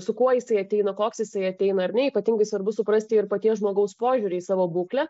su kuo jisai ateina koks jisai ateina ar ne ypatingai svarbu suprasti ir paties žmogaus požiūrį į savo būklę